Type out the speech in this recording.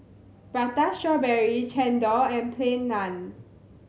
Prata Strawberry Chendol and Plain Naan